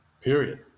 period